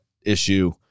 issue